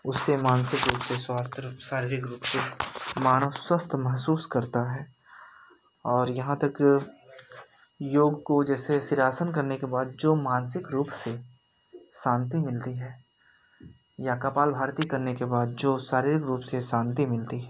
उससे मानसिक रूप से स्वस्थ शारीरिक रूप से मानव स्वस्थ महसूस करता है और यहाँ तक योग को जैसे शिर्षासन करने के बाद जो मानसिक रूप से शान्ति मिलती है या कपालभाति करने के बाद जो शारीरक रूप से शांति मिलती है